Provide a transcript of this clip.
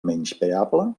menyspreable